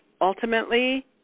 Ultimately